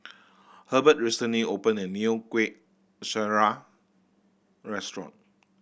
Herbert recently opened a new Kueh Syara restaurant